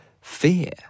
fear